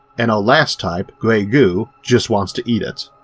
and our last type, grey goo, just wants to eat it.